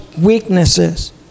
weaknesses